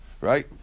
right